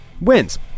wins